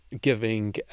giving